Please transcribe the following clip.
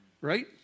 Right